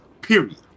Period